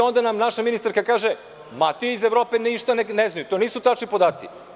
Onda nam naša ministarka zdravlja kaže – ma ti iz Evrope ništa ne znaju, to nisu tačni podaci.